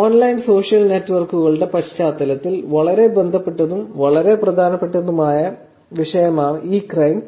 online social നെറ്റ്വർക്കുകളുടെ പശ്ചാത്തലത്തിൽ വളരെ ബന്ധപ്പെട്ടതും വളരെ പ്രധാനപ്പെട്ടതുമായ വിഷയമായ ഇ ക്രൈം